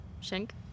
Shank